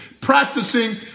practicing